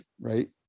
Right